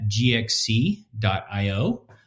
gxc.io